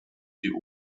die